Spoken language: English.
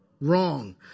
Wrong